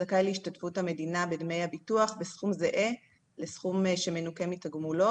זכאי להשתתפות המדינה בדמי הביטוח בסכום זהה לסכום שמנוכה בתגמולו.